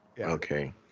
Okay